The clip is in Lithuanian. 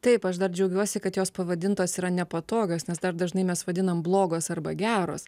taip aš dar džiaugiuosi kad jos pavadintos yra nepatogios nes dar dažnai mes vadinam blogos arba geros